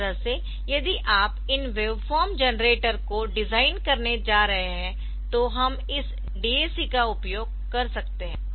इस तरह से यदि आप इन वेवफॉर्म जनरेटर को डिजाइन करने जा रहे है तो हम इस DAC का उपयोग कर सकते है